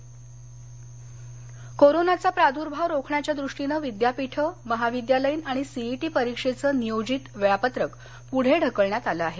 विद्यापीठ समिती कोरोनाचा प्रादुर्भाव रोखण्याच्या दृष्टीनं विद्यापीठं महाविद्यालयीन आणि सीईटी परीक्षेचं नियोजित वेळापत्रक पुढे ढकलण्यात आलं आहे